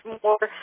more